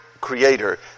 creator